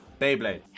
Beyblade